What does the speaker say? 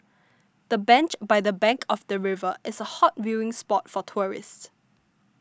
the bench by the bank of the river is a hot viewing spot for tourists